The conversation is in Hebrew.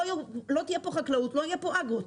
אבל אם לא תהיה פה חקלאות לא יהיה פה אגרוטק.